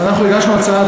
אנא ממך.